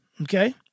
okay